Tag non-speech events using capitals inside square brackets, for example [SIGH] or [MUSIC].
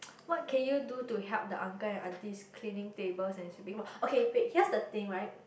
[NOISE] what can you do to help the uncle and aunties cleaning tables and sweeping floor okay wait here's the thing right